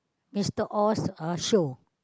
is the Oz show